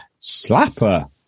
Slapper